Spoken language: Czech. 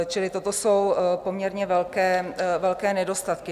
Čili toto jsou poměrně velké nedostatky